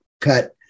cut